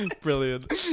Brilliant